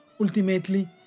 Ultimately